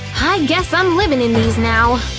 i guess i'm living in these now.